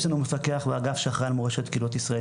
יש לנו מפקח באגף שאחראי על מורשת קהילות ישראל